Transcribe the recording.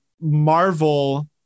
Marvel